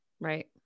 right